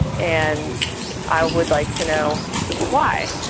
and i would like to know why,